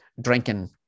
drinking